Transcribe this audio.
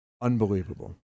Unbelievable